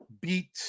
beat